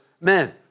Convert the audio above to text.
men